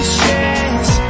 chance